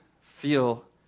feel